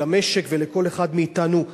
למשק ולכל אחד מאתנו,